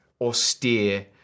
austere